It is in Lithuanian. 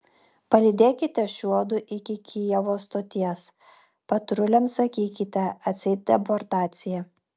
palydėkite šiuodu iki kijevo stoties patruliams sakykite atseit deportacija